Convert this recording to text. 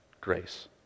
Grace